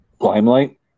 limelight